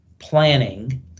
planning